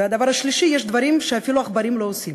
והדבר השלישי, יש דברים שאפילו עכברים לא עושים.